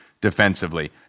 defensively